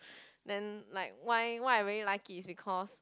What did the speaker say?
then like why why I really like it is because